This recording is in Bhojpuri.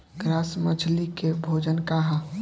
ग्रास मछली के भोजन का ह?